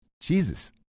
Jesus